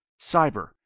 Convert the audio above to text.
cyber